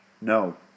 No